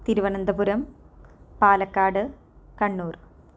Thiruvananthapuram Palakkad Kannur